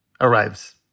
arrives